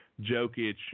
Jokic